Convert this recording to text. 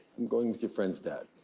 going with your friend's dad.